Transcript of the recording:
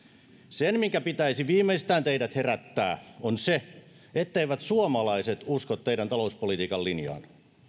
minkä pitäisi viimeistään teidät herättää on se etteivät suomalaiset usko teidän talouspolitiikkanne linjaa